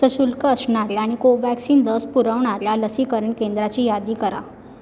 सशुल्क असणाऱ्या आणि कोवॅक्सिन लस पुरवणाऱ्या लसीकरण केंद्राची यादी करा